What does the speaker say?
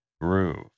Groove